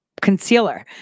concealer